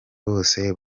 bose